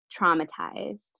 traumatized